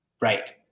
Right